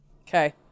Okay